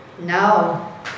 Now